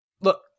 Look